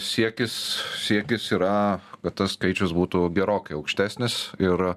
siekis siekis yra kad tas skaičius būtų gerokai aukštesnis ir